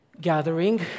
gathering